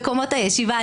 הישיבה,